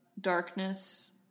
darkness